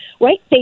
right